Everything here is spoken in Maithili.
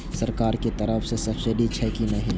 सरकार के तरफ से सब्सीडी छै कि नहिं?